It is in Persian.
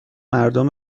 مردم